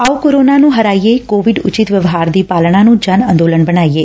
ਆਓ ਕੋਰੋਨਾ ਨੂੰ ਹਰਾਈਏ ਕੋਵਿਡ ਉਚਿੱਤ ਵਿਵਹਾਰ ਦੀ ਪਾਲਣਾ ਨੂੰ ਜਨ ਅੰਦੋਲਨ ਬਣਾਈਏ